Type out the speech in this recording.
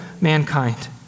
mankind